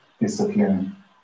discipline